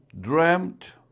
dreamt